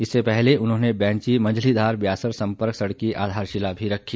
इससे पहले उन्होंने बैंची मंझलीधार ब्यासर सम्पर्क सड़क की आधारशिला भी रखी